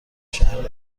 شهر